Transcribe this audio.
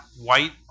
white